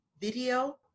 video